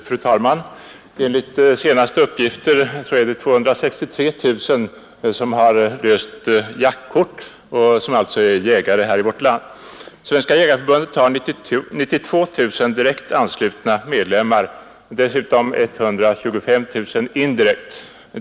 Fru talman! Enligt senaste uppgifter har 263 000 personer i vårt land löst jaktkort och är alltså jägare. Svenska jägareförbundet har 92 000 direkt anslutna medlemmar och dessutom 125 000 indirekt anslutna.